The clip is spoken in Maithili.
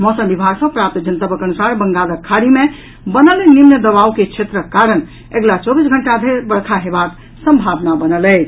मौसम विभाग सँ प्राप्त जनतबक अनुसार बंगालक खाड़ी मे बनल निम्न दबाव के क्षेत्रक कारण अगिला चौबीस घंटा धरि वर्षा हेबाक सम्भावना बनल अछि